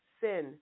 sin